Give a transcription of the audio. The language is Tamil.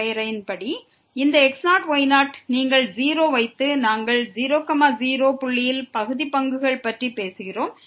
வரையறையின்படி இந்த x0y0ஐ பெற்றிருக்கிறோம் நீங்கள் 0ஐ வைக்கிறீர்கள் நாங்கள் 0 0 புள்ளியில் பகுதி பங்குகள் பற்றி பேசுகிறோம்